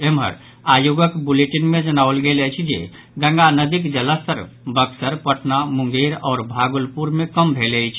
एम्हर आयोगक बुलेटिन मे जनाओल गेल अछि जे गंगा नदीक जलस्तर बक्सर पटना मुंगेर आओर भागलपुर मे कम भेल अछि